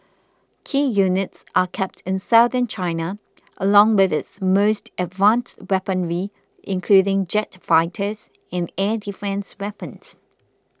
key units are kept in Southern China along with its most advanced weaponry including jet fighters and air defence weapons